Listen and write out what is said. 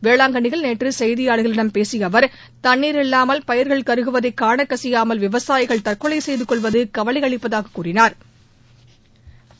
வேளாங்கண்ணியில் நேற்று செய்தியாளா்களிடம் பேசிய அவர் தண்ணீரில்லாமல் பயிா்கள் கருகுவதை காண சகியாமல் விவசாயிகள் தற்கொலை செய்து கொள்வது கவலை அளிப்பதாக கூறினாா்